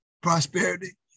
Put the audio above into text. prosperity